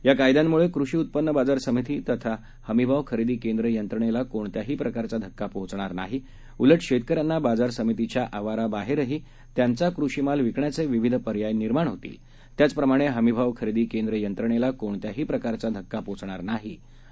याकायद्यांम्ळेकृषीउत्पन्नबाजारसमितीतथाहमीभावखरेदीकेंद्रयंत्रणेलाकोणत्याहीप्रकारचाध क्कापोहोचणारनाही उलटशेतकऱ्यांनाबाजारसमितीच्याआवाराबाहेरहीत्यांचाकृषीमालविकण्याचेविविधपर्यायनिर्मा त्याचप्रमाणेहमीभावखरेदीकेंद्रयंत्रणेलाकोणत्याहीप्रकारचाधक्कापोहोचणारनाही णहोतील